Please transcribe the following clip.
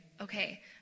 okay